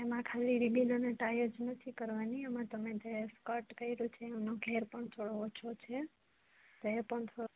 એમાં ખાલી રીબીન અને ટાઈ જ નથી કરવાની એમાં તમે જે સ્કટ કર્યું છે એનો ઘેર પણ થોડો ઓછો છે તો એ પણ થોડો